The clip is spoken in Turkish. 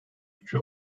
üçü